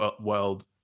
world